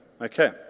Okay